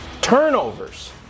turnovers